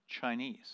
Chinese